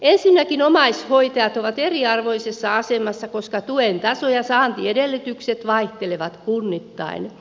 ensinnäkin omaishoitajat ovat eriarvoisessa asemassa koska tuen taso ja saantiedellytykset vaihtelevat kunnittain